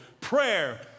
Prayer